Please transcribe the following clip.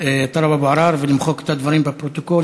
טלב אבו עראר ולמחוק את הדברים בפרוטוקול,